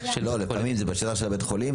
לפעמים זה בשטח בית החולים.